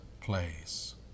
place